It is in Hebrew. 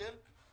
את